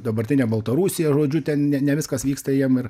dabartinę baltarusiją žodžiu ten ne ne viskas vyksta jiem ir